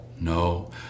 no